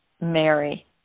Mary